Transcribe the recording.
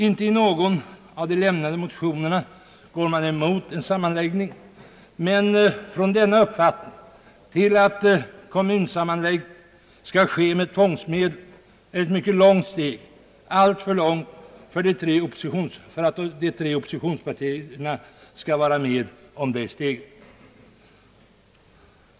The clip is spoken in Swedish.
Inte i någon av de väckta motionerna går man emot en sammanläggning, men från denna uppfattning till uppfattningen att en kommunsammanläggning skall ske med tvångsmedel är ett mycket långt steg, alltför långt för att de tre oppositionspartierna skall vara med om det steget.